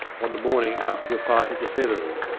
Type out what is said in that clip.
on the morning after the fight at the feathers,